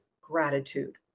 gratitude